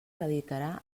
radicarà